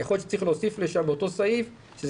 יכול להיות שצריך להוסיף לאותה תקנה על